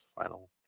final